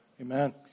Amen